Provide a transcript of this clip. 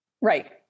Right